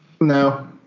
no